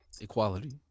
Equality